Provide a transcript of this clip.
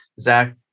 Zach